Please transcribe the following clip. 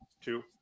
two